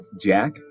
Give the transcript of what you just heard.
jack